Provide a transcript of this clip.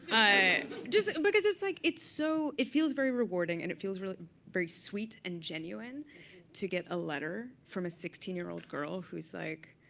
just because it's like it's so it feels very rewarding. and it feels very sweet and genuine to get a letter from a sixteen year old girl who's like,